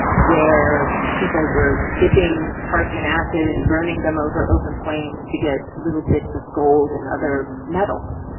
where people were dipping parts in acid and burning them over open flames to get little bits of gold and other metals.